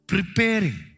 Preparing